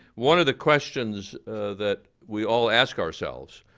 one of the questions that we all ask ourselves,